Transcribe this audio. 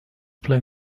play